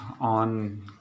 on